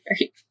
right